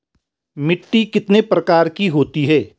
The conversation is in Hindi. मिट्टी कितने प्रकार की होती है?